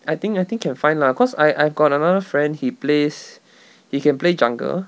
I think I think can find lah cause I I've got another friend he plays he can play jungle